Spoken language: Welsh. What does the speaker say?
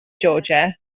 georgia